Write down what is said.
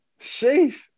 Sheesh